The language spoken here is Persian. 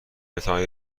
بتواند